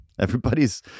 Everybody's